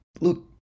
look